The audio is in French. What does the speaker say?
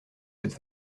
cette